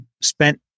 spent